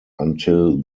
until